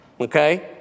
Okay